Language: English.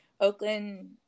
Oakland